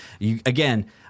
again